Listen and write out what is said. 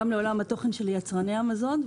גם לעולם התוכן של יצרני המזון,